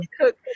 Cook